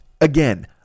again